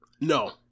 No